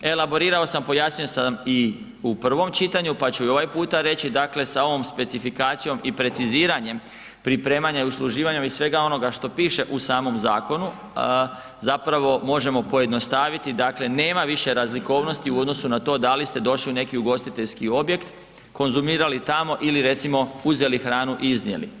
Elaborirao sam, pojasnio sam i u prvom čitanju pa ću i ovaj puta reći, dakle sa ovom specifikacijom i preciziranjem pripremanja i usluživanja i svega onoga što piše u samom zakonu, zapravo možemo pojednostaviti dakle nema više razlikovnosti u odnosu na to da li ste došli u neki ugostiteljski objekt konzumirali tamo ili recimo uzeli hranu i iznijeli.